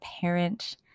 parent